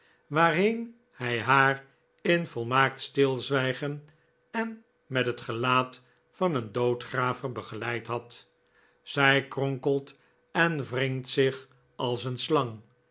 waarheen hij haar in volmaakt stilzwijgen en met het gelaat van een doodgraver begeleid had zij kronkelt en wringt zich als een slang